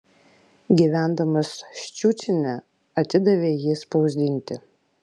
gyvendamas ščiučine atidavė jį spausdinti